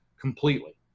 completely